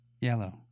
Yellow